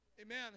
Amen